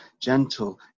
gentle